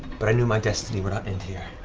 but i knew my destiny would not end here.